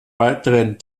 weiteren